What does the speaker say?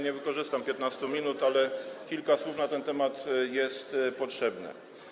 Nie wykorzystam 15 minut, ale kilka słów na ten temat jest potrzebnych.